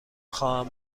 خواهم